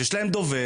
שיש להם דובר,